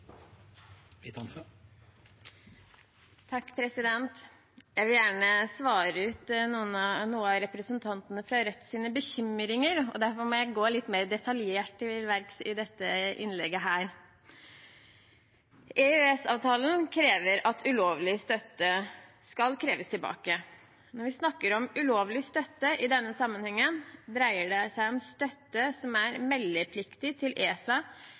Jeg vil gjerne svare ut noen av bekymringene til representantene fra Rødt, og derfor må jeg gå litt mer detaljert til verks i dette innlegget. EØS-avtalen krever at ulovlig støtte skal tilbakeføres, men når vi snakker om ulovlig støtte i denne sammenhengen, dreier det seg om støtte som er meldepliktig til ESA,